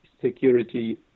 security